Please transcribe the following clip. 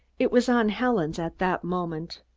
it was on helen's at that moment.